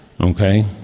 okay